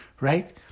right